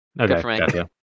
Okay